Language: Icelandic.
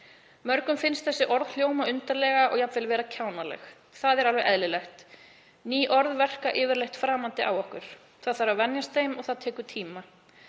„Mörgum finnst þessi orð hljóma undarlega og jafnvel vera kjánaleg. Það er alveg eðlilegt — ný orð verka yfirleitt framandi á okkur. Það þarf að venjast þeim, og það tekur tíma.